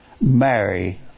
marry